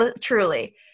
truly